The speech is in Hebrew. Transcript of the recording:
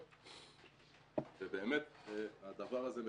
ראש אט"ל,